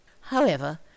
However